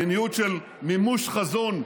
מדיניות של מימוש חזון,